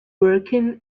working